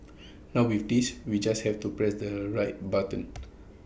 now with this we just have to press the right buttons